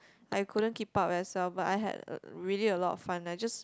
I couldn't keep up as well but I had really a lot of fun I just